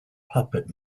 puppet